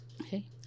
okay